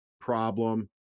problem